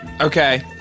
okay